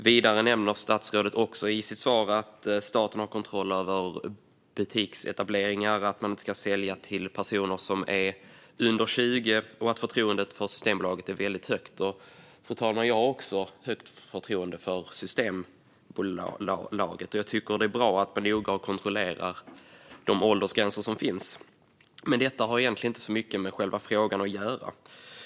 Vidare nämnde statsrådet i sitt svar att staten har kontroll över butiksetableringar, att man inte ska sälja till personer som är under 20 år och att förtroendet för Systembolaget är väldigt högt. Jag har också högt förtroende för Systembolaget, fru talman, och jag tycker att det är bra att man gör noggranna kontroller utifrån de åldersgränser som finns. Men detta har egentligen inte så mycket med själva frågan att göra.